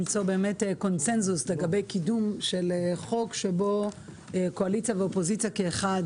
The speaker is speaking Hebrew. למצוא קונצנזוס לגבי קידום של חוק שבו קואליציה ואופוזיציה כאחד